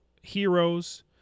heroes